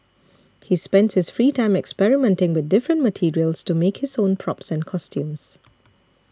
he spends his free time experimenting with different materials to make his own props and costumes